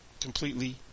completely